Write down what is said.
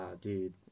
dude